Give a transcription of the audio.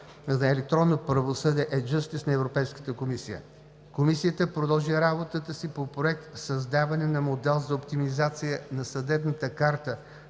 за електронно правосъдие E-justice на Европейската комисия. Комисията продължи работата си по Проект „Създаване на модел за оптимизация на съдебната карта